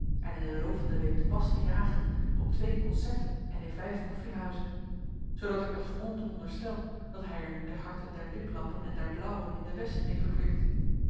en in den loop van de week te pas te jagen op twee concerten en in vijf koffiehuizen zoodat ik met grond onderstel dat hij er nu de harten der liplappen en der blauwen in de west mee verkwikt